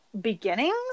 beginnings